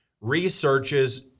researches